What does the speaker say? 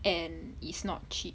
and it's not cheap